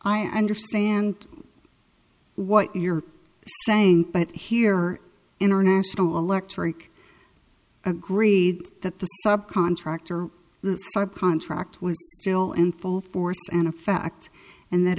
i understand what you're saying but here international electric agreed that the contractor the contract was still in full force and effect and that